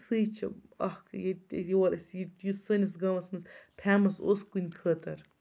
سُے چھِ اَکھ ییٚتہِ یور ٲسۍ یہِ چیٖز سٲنِس گامَس منٛز پھیمَس اوس کُنہِ خٲطرٕ